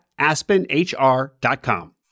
AspenHR.com